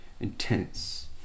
intense